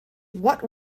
what